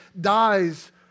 dies